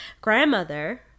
grandmother